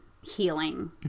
healing